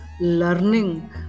learning